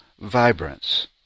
vibrance